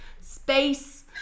space